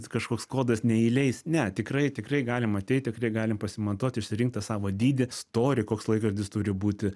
kažkoks kodas neįleis ne tikrai tikrai galima ateit tikrai galim pasimatuot išsirinkt tą savo dydį storį koks laikrodis turi būti